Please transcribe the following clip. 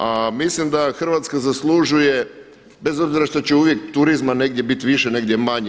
A mislim da Hrvatska zaslužuje bez obzira što će uvijek turizma negdje bit više, negdje manje.